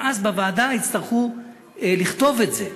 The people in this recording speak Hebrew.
ואז בוועדה יצטרכו לכתוב את זה.